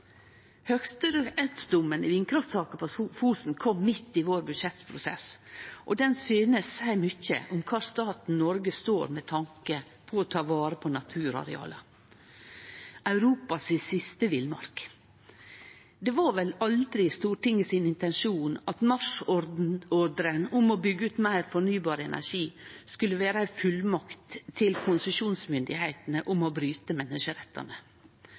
Høgsterettsdommen i vindkraftsaka på Fosen kom midt i budsjettprosessen vår, og han synest seie mykje om kvar staten Noreg står med tanke på å ta vare på naturareala, Europas siste villmark. Det var vel aldri Stortingets intensjon at marsjordren om å byggje ut meir fornybar energi skulle vere ei fullmakt til konsesjonsmyndigheitene om å bryte menneskerettane.